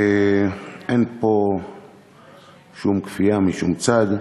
אין פה שום כפייה משום צד,